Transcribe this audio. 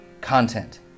content